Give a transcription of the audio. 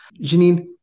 Janine